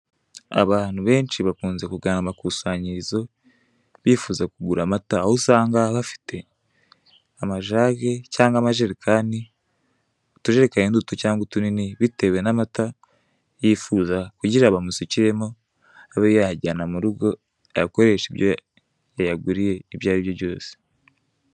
Abantu benshi bakunze kugana amakusanyirizo bifuza kugura amata, aho usanga bafite amajage cyangwa amajerekani, utujerekani duto cyangwa utunini bitewe n'amata yifuza kugira ngo bamusukiremo, abe yayajyana mu rugo ayakoreshe ibyo yayaguriye ibyo ari byo byose.